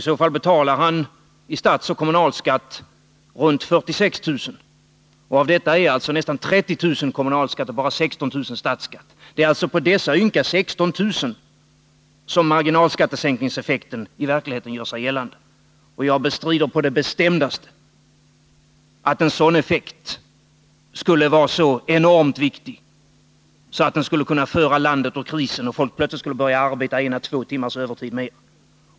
I så fall betalar han i statsoch kommunalskatt omkring 46 000 kr. Av detta är nästan 30 000 kr. kommunalskatt och bara 16 000 kr. statsskatt. Det är alltså på dessa ynka 16 000 kr. som marginalskatteeffekten i verkligheten skulle göra sig gällande. Jag bestrider på det bestämdaste att en sådan effekt skulle vara så enormt viktig, att en minskning av den skulle kunna föra landet ur krisen och förmå folk att plötsligt börja arbeta en å två timmars övertid.